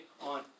on